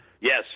Yes